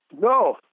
No